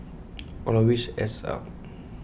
all of which adds up